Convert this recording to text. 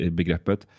begreppet